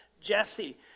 Jesse